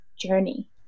journey